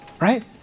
right